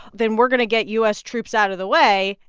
then we're going to get u s. troops out of the way,